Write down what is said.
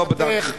לא בדקתי.